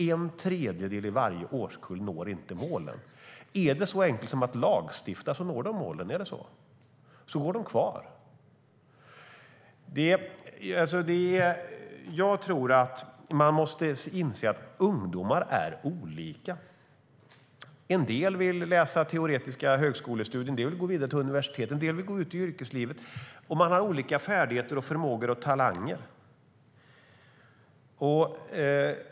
En tredjedel i varje årskull når inte målen. Är det så enkelt som att lagstifta så når de målen och går kvar? Jag tror att man måste inse att ungdomar är olika. En del vill läsa teoretiska högskolestudier. En del vill gå vidare till universitetet och en del vill gå ut i yrkeslivet. Och man har olika färdigheter, förmågor och talanger.